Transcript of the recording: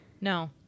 No